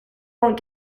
won’t